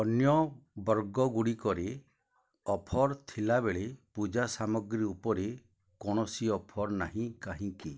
ଅନ୍ୟ ବର୍ଗ ଗୁଡ଼ିକରେ ଅଫର ଥିଲାବେଳେ ପୂଜା ସାମଗ୍ରୀ ଉପରେ କୌଣସି ଅଫର ନାହିଁ କାହିଁକି